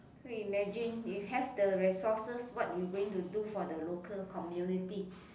so imagine you have the resources what you going to do for the local community